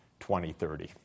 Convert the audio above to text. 2030